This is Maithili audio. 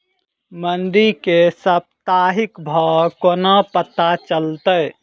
मंडी केँ साप्ताहिक भाव कोना पत्ता चलतै?